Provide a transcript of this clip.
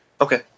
Okay